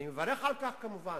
אני מברך על כך כמובן,